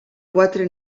quatre